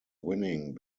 winning